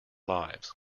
lives